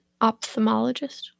ophthalmologist